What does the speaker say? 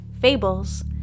fables